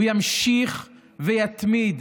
הוא ימשיך ויתמיד.